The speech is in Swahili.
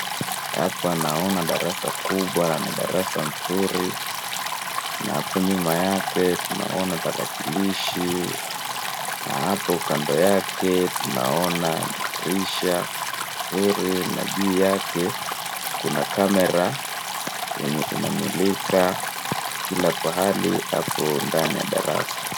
Hapa naona darasa kubwa na ni darasa nzuri, na hapo nyuma yake tunaona tarakilishi, na hapo kando yake tunaona dirisha zuri na juu yake kuna kamera yenye inamulika kila pahali hapo ndani ya darasa.